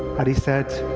and he said,